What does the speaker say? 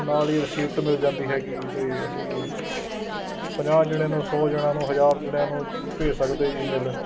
ਨਾਲ ਹੀ ਰਿਸਿਪਟ ਮਿਲ ਜਾਂਦੀ ਹੈਗੀ ਅਤੇ ਅਸੀਂ ਪੰਜਾਹ ਜਣਿਆਂ ਨੂੰ ਸੌ ਜਣਿਆਂ ਨੂੰ ਹਜ਼ਾਰ ਜਣਿਆਂ ਨੂੰ ਭੇਜ ਸਕਦੇ ਈ ਮੇਲ